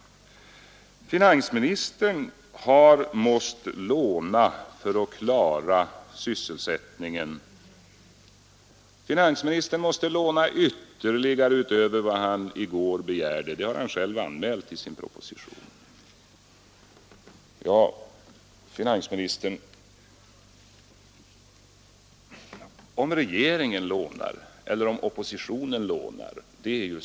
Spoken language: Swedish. Finansministern har varit tvungen att låna för att klara sysselsättningen. Finansministern har själv i sin proposition anmält att han måste låna mera än vad han i går begärde. Ja, herr finansminister, det är samma sak om regeringen lånar eller om oppositionen gör det.